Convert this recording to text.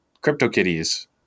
CryptoKitties